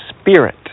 spirit